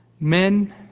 Men